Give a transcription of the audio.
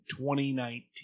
2019